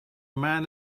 man